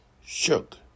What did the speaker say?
Shook